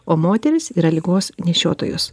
o moterys yra ligos nešiotojos